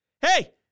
Hey